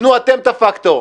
תנו אתם את הפקטור.